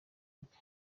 bwe